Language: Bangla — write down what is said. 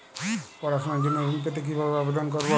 পড়াশুনা জন্য ঋণ পেতে কিভাবে আবেদন করব?